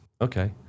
Okay